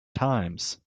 times